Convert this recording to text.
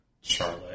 Charlotte